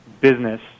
business